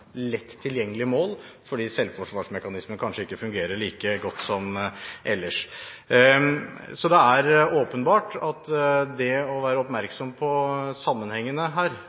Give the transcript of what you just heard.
lett tilgjengelig mål fordi selvforsvarsmekanismen kanskje ikke fungerer like godt som ellers. Det er åpenbart at det å være oppmerksom på sammenhengene her